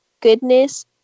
goodness